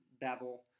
Bevel